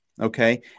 okay